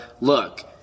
look